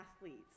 athletes